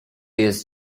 jest